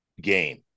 game